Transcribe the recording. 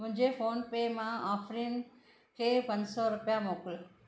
मुंहिंजे फोनपे मां आफरीन खे पंज सौ रुपिया मोकल